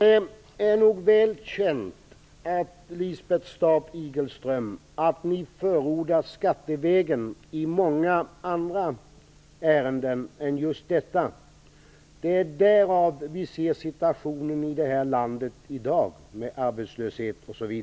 Herr talman! Det är väl känt, Lisbeth Staaf Igelström, att ni förordar skattevägen i många andra ärenden än just detta. Det är därför som vi har den här situationen i landet i dag med arbetslöshet osv.